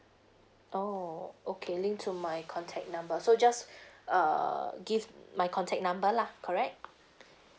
orh okay linked to my contact number so just err give my contact number lah correct